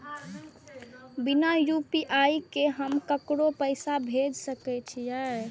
बिना यू.पी.आई के हम ककरो पैसा भेज सके छिए?